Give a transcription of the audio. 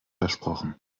versprochen